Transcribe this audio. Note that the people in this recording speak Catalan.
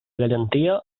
garantia